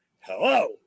Hello